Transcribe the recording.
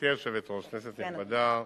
כנסת נכבדה,